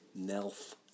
Nelf